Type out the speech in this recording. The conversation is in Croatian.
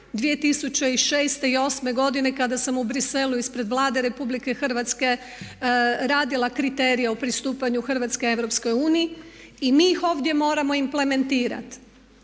2006. i 2008. godine kada sam u Bruxellesu ispred Vlade RH, radila kriterije o pristupanju Hrvatske RU i mi ih ovdje moramo implementirati.